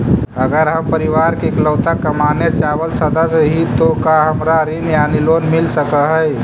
अगर हम परिवार के इकलौता कमाने चावल सदस्य ही तो का हमरा ऋण यानी लोन मिल सक हई?